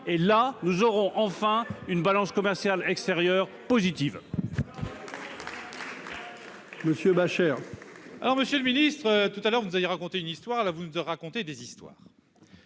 et là nous aurons enfin une balance commerciale extérieure positif.